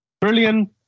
brilliant